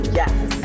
yes